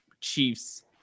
Chiefs